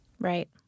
Right